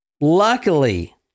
Luckily